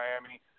Miami